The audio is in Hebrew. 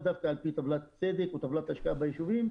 דווקא על פי טבלת צדק או טבלת השקעה ביישובים,